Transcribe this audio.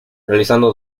realizando